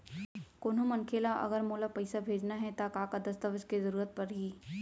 कोनो मनखे ला अगर मोला पइसा भेजना हे ता का का दस्तावेज के जरूरत परही??